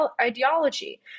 ideology